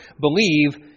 Believe